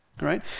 right